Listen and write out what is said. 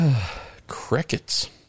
crickets